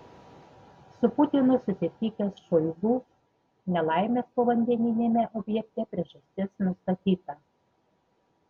su putinu susitikęs šoigu nelaimės povandeniniame objekte priežastis nustatyta